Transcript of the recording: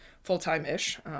full-time-ish